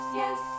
yes